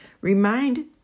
Remind